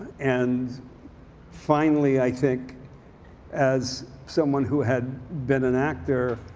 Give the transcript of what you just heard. and finally i think as someone who had been an actor.